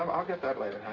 um i'll get that later.